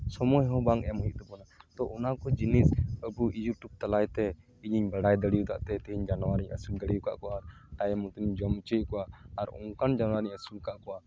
ᱥᱚᱢᱚᱭ ᱦᱚᱸ ᱵᱟᱝ ᱮᱢ ᱦᱩᱭᱩᱜ ᱛᱟᱵᱚᱱᱟ ᱛᱳ ᱚᱱᱟ ᱠᱚ ᱡᱤᱱᱤᱥ ᱟᱵᱚ ᱤᱭᱩᱴᱩᱵᱽ ᱛᱟᱞᱟᱭᱛᱮ ᱤᱧᱤᱧ ᱵᱟᱲᱟᱭ ᱫᱟᱲᱮ ᱟᱠᱟᱫ ᱛᱮ ᱛᱮᱦᱤᱧ ᱡᱟᱱᱣᱟᱨ ᱤᱧ ᱟᱹᱥᱩᱞ ᱫᱟᱲᱮ ᱟᱠᱟᱫ ᱠᱚᱣᱟ ᱛᱟᱭᱚᱢ ᱛᱤᱧ ᱡᱚᱢ ᱦᱚᱪᱚᱭᱮᱫ ᱠᱚᱣᱟ ᱟᱨ ᱚᱱᱠᱟᱱ ᱡᱟᱱᱣᱟᱨ ᱤᱧ ᱟᱹᱥᱩᱞ ᱟᱠᱟᱫ ᱠᱚᱣᱟ